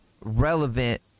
relevant